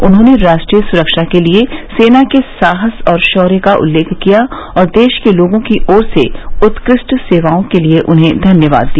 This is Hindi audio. उन्होंने राष्ट्रीय सुरक्षा के लिए सेना के साहस और शौर्य का उल्लेख किया और देश के लोगों की ओर से उत्कृष्ट सेवाओं के लिये उन्हें धन्यवाद दिया